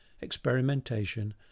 experimentation